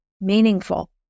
meaningful